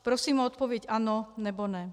Prosím o odpověď ano, nebo ne.